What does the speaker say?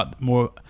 more